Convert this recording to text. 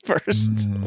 first